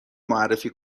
معرفی